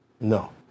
No